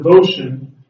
devotion